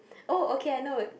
oh okay I know